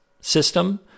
system